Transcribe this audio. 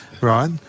right